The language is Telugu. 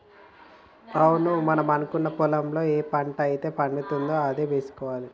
అవును మనకున్న పొలంలో ఏ పంట అయితే పండుతుందో అదే వేసుకోవాలి